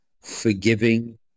forgiving